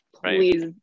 please